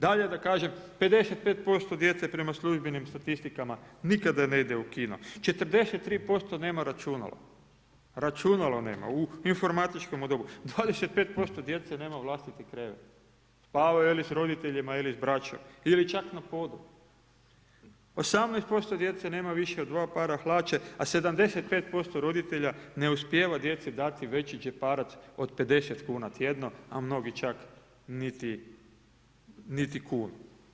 Dalje da kažem, 55% djece prema službenim statistikama nikad ne ide u kino, 43% nema računalo, računalo nema u informatičkom dobu, 25% djece nema vlastiti krevet, spavaju ili s roditeljima ili s braćom ili čak na podu, 18% djece nema više od dva para hlača, a 75% roditelja ne uspijeva djeci dati veći džeparac od 50 kuna tjedno, a mnogi čak niti kunu.